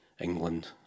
England